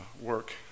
work